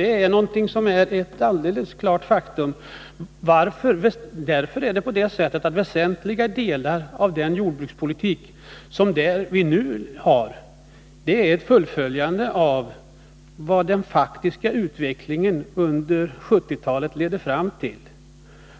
Detta är ett alldeles klart faktum och kan inte motsägas. Därför är väsentliga delar av den jordbrukspolitik som vi nu för ett fullföljande av vad den faktiska utvecklingen under 1970-talet ledde fram till.